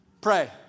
Pray